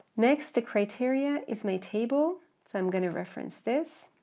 next the criteria is my table, so i'm going to reference this,